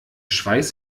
schweiß